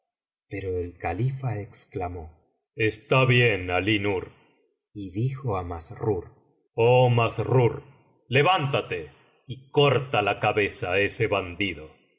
pero el califa exclamó está bien alí nur y dijo á massrur oh massrur levántate y corta la cabeza á ese bandido